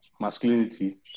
masculinity